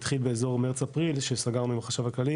התחיל באזור מרץ-אפריל שסגרנו עם החשב הכללי,